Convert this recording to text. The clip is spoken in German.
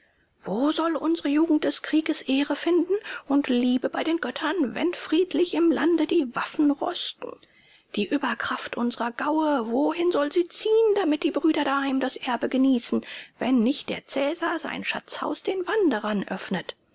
wo soll unsere jugend des krieges ehre finden und liebe bei den göttern wenn friedlich im lande die waffen rosten die überkraft unserer gaue wohin soll sie ziehen damit die brüder daheim das erbe genießen wenn nicht der cäsar sein schatzhaus den wanderern öffnet